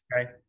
Okay